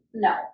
No